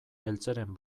eltzeren